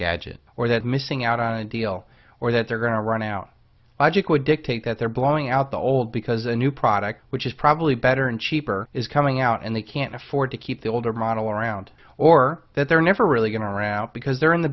gadget or that missing out on a deal or that they're going to run out i just would dictate that they're blowing out the old because a new product which is probably better and cheaper is coming out and they can't afford to keep the older model around or that they're never really going around because they're in the